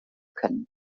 können